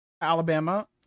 Alabama